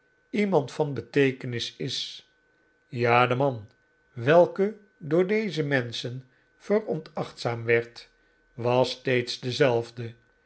iemand van beteekenis is ja de man welke door deze menschen veronachtzaamd werd was steeds dezelfde